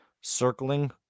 circling